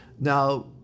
Now